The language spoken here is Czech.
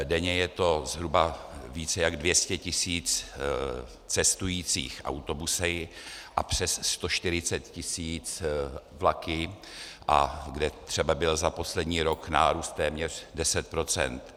Denně je to zhruba více jak 200 tisíc cestujících autobusy a přes 140 tisíc vlaky, kde třeba byl za poslední rok nárůst téměř 10 %.